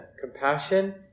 Compassion